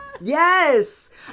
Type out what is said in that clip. yes